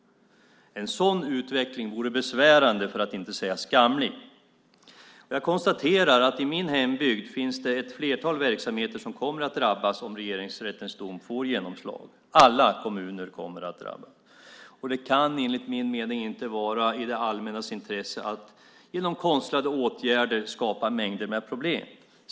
En sådan utveckling vore besvärande, för att inte säga skamlig. Jag konstaterar att det i min hembygd finns ett flertal verksamheter som kommer att drabbas om Regeringsrättens dom får genomslag. Alla kommuner kommer att drabbas. Det kan enligt min mening inte vara i det allmännas intresse att genom konstlade åtgärder skapa mängder med problem.